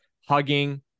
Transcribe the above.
hugging